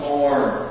more